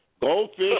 Goldfish